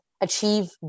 achieve